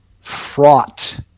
fraught